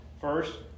First